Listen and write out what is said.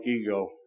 ego